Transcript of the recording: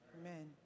Amen